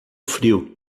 frio